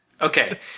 Okay